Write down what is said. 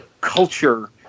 culture